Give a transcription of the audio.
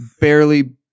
Barely